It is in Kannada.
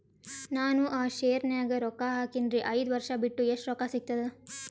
ನಾನು ಆ ಶೇರ ನ್ಯಾಗ ರೊಕ್ಕ ಹಾಕಿನ್ರಿ, ಐದ ವರ್ಷ ಬಿಟ್ಟು ಎಷ್ಟ ರೊಕ್ಕ ಸಿಗ್ತದ?